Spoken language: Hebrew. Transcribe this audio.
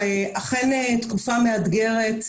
אכן תקופה מאתגרת.